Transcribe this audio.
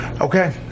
Okay